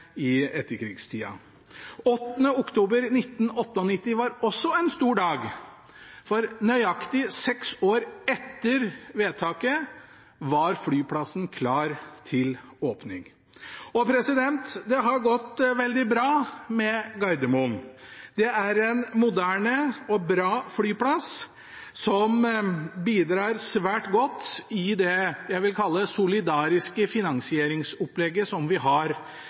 i etterkrigstida. Den 8. oktober 1998 var også en stor dag, for nøyaktig seks år etter vedtaket var flyplassen klar til åpning. Og det har gått veldig bra med Gardermoen. Det er en moderne og bra flyplass, som bidrar svært godt i det jeg vil kalle det solidariske finansieringsopplegget vi har